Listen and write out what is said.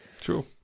true